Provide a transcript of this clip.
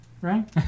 Right